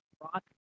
rock